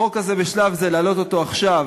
החוק הזה, בשלב זה להעלות אותו עכשיו,